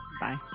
Bye